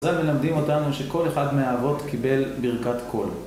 זה מלמדים אותנו שכל אחד מהאבות קיבל ברכת קול.